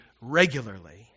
regularly